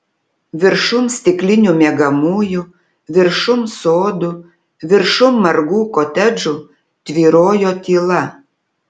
viršum stiklinių miegamųjų viršum sodų viršum margų kotedžų tvyrojo tyla